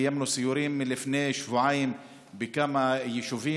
קיימנו סיורים לפני שבועיים בכמה יישובים,